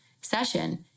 session